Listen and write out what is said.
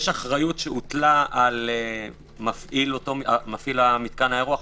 יש אחריות שהוטלה על מפעיל מתקן האירוח,